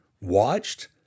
watched